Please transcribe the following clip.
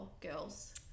girls